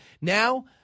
Now